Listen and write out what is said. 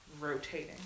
rotating